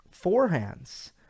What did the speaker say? forehands